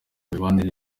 mibanire